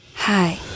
Hi